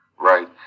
Right